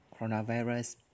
coronavirus